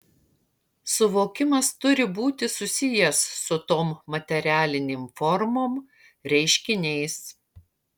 suvokimas turi būti susijęs su tom materialinėm formom reiškiniais